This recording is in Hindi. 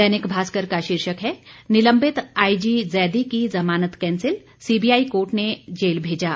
दैनिक भास्कर का शीर्षक है निलंबित आई जी जैदी की जमानत कैंसिल सीबीआई कोर्ट ने जेल भेजा